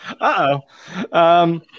Uh-oh